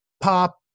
pop